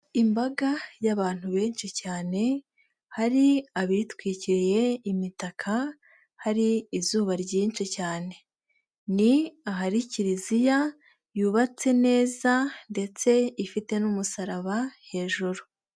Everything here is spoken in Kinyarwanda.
Imbaga y'abantu benshi cyane, hari abitwikiriye imitaka, hari izuba ryinshi cyane. Ni ahari kiliziya, yubatse neza ndetse ifite n'umusaraba hejuru.